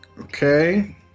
Okay